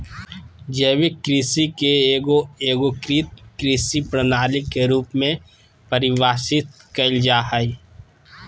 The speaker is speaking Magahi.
जैविक कृषि के एगो एगोकृत कृषि प्रणाली के रूप में परिभाषित कइल जा हइ